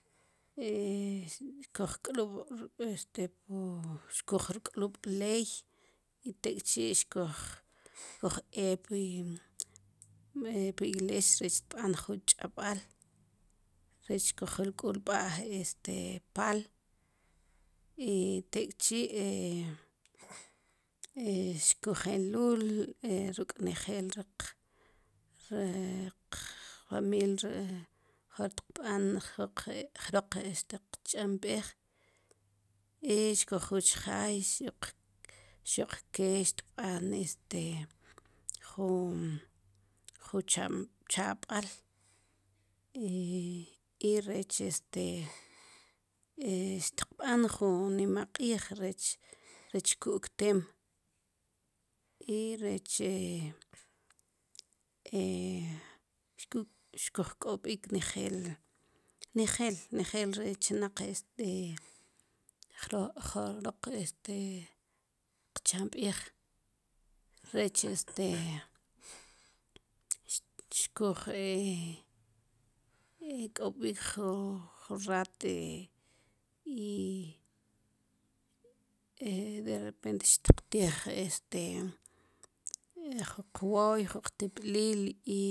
xkuj k'lub'ruk' este xkujrk'lub' leey i tek'chi'xkuj eek pri pri igles rech xtb'aan jun ch'b'aal rech xkuj rk'ulb'a este paal tek'chi' xkujeluul e ruk' njeel riq riq famiil ri jroq tb'aan jroq teq chamb'eej i xkujul chjaay xuq kee xtb'aan este juun cha'b'al i rech este xtikb'an jun nimaq'iij rech ku'kteem i rech xkujk'ob'ik nejeel nejeel nejeel rech este qchamb'eej rech este xkujeek'obik jun raat i de repent xtiktij este jun qwoy i jun qtib'liil i